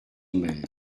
mer